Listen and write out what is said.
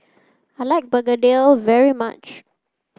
I like Begedil very much